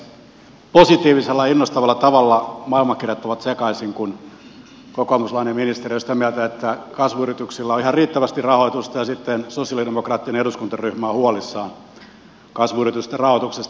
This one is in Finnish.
positiivisella ja innostavalla tavalla maailmankirjat ovat sekaisin kun kokoomuslainen ministeri on sitä mieltä että kasvuyrityksillä on ihan riittävästi rahoitusta ja sitten sosialidemokraattinen eduskuntaryhmä on huolissaan kasvuyritysten rahoituksesta